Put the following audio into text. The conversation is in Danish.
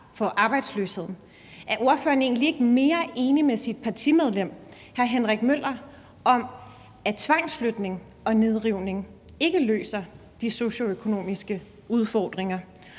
for arbejdsløsheden? Er ordføreren egentlig ikke mere enig med sit partimedlem, hr. Henrik Møller, om, at tvangsflytning og nedrivning ikke løser de socioøkonomiske udfordringer?